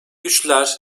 güçler